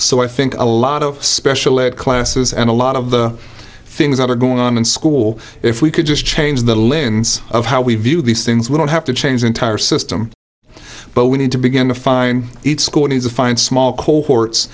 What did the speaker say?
so i think a lot of special ed classes and a lot of the things that are going on in school if we could just change the lens of how we view these things we don't have to change the entire system but we need to begin to find each school and to find small cohorts